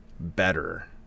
better